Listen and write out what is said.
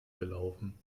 gelaufen